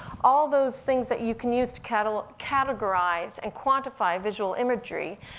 all those things that you can use to categorize categorize and quantify visual imagery,